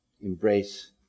embrace